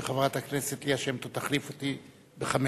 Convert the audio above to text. וחברת הכנסת ליה שמטוב תחליף אותי ב-17:00.